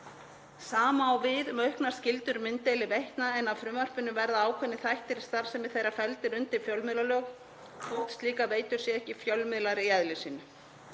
Sama á við um auknar skyldur mynddeiliveitna en með frumvarpinu verða ákveðnir þættir í starfsemi þeirra felldir undir fjölmiðlalög þótt slíkar veitur séu ekki fjölmiðlar í eðli sínu.